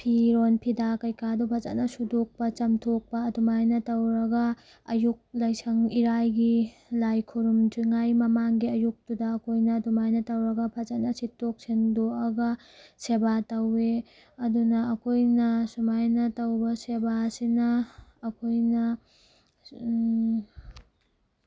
ꯐꯤꯔꯣꯜ ꯐꯤꯗꯥ ꯀꯩꯀꯥꯗꯣ ꯐꯖꯅ ꯁꯨꯗꯣꯛꯄ ꯆꯥꯝꯊꯣꯛꯄ ꯑꯗꯨꯃꯥꯏꯅ ꯇꯧꯔꯒ ꯑꯌꯨꯛ ꯂꯥꯏꯁꯪ ꯏꯔꯥꯏꯒꯤ ꯂꯥꯏ ꯈꯨꯔꯨꯝꯗ꯭ꯔꯤꯉꯩꯒꯤ ꯃꯃꯥꯡꯒꯤ ꯑꯌꯨꯛꯇꯨꯗ ꯑꯩꯈꯣꯏꯅ ꯑꯗꯨꯃꯥꯏꯅ ꯇꯧꯔꯒ ꯐꯖꯅ ꯁꯤꯠꯇꯣꯛ ꯁꯦꯡꯇꯣꯛꯑꯒ ꯁꯦꯕꯥ ꯇꯧꯋꯦ ꯑꯗꯨꯅ ꯑꯩꯈꯣꯏꯅ ꯁꯨꯃꯥꯏꯅ ꯇꯧꯕ ꯁꯦꯕꯥꯁꯤꯅ ꯑꯩꯈꯣꯏꯅ